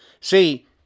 See